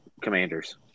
Commanders